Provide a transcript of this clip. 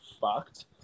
fucked